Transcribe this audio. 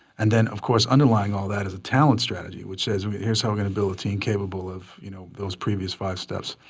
and then of course, underlying at that is a talent strategy, which says here's how we're gonna build a team capable of you know those previous five steps.